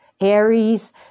Aries